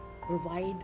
Provide